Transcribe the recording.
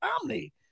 Omni